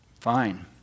Fine